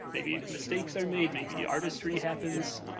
maybe, mistakes are made, maybe artistry happens,